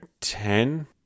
ten